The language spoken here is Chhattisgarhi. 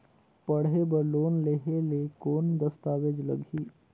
पढ़े बर लोन लहे ले कौन दस्तावेज लगही?